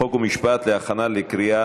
חוק ומשפט נתקבלה.